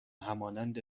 همانند